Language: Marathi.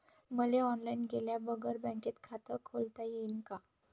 मले ऑनलाईन गेल्या बगर बँकेत खात खोलता येईन का?